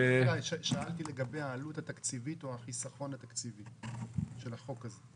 שאלתי לגבי העלות התקציבית או החיסכון התקציבי של החוק הזה.